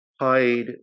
hide